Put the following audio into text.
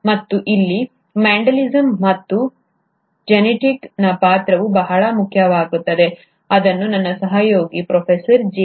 ಮತ್ತು ಇಲ್ಲಿ ಮೆಂಡೆಲಿಸಮ್ ಮತ್ತು ಮೆಂಡಲ್ನ ಜೆನೆಟಿಕ್ನ ಪಾತ್ರವು ಬಹಳ ಮುಖ್ಯವಾಗುತ್ತದೆ ಅದನ್ನು ನನ್ನ ಸಹೋದ್ಯೋಗಿ ಪ್ರೊಫೆಸರ್ ಜಿ